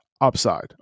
Upside